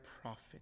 prophet